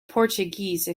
portuguese